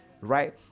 Right